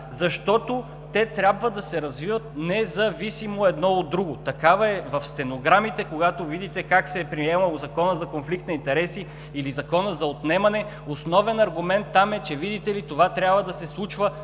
защото те трябва да се развиват независимо едно от друго. Такава е… В стенограмите, когато видите как се е приемало – Законът за конфликт на интереси, или Законът за отнемане…, основен аргумент там е, че, видите ли, това трябва да се случва